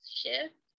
shift